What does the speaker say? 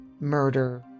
murder